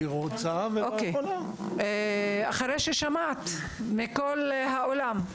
אני בעלה של ורד,